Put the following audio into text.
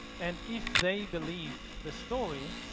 and if they believe the story,